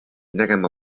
nägema